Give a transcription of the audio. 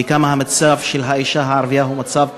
וכמה המצב של האישה הערבייה הוא מצב גרוע,